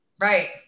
Right